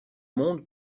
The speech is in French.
monde